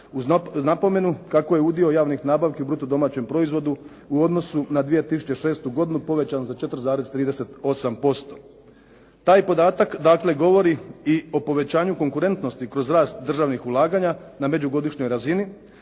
uz napomenu kako je udio javnih nabavki u bruto domaćem proizvodu u odnosu na 2006. godinu povećan za 4,38%. Taj podatak dakle govori i povećanju konkurentnosti kroz rast državnih ulaganja na međugodišnjoj razini